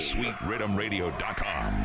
SweetRhythmRadio.com